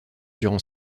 durant